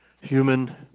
human